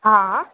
हा